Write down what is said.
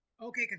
Okay